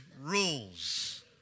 rules